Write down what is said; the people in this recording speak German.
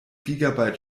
gigabyte